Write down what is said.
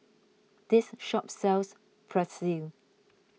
this shop sells Pretzel